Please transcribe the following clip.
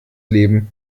leben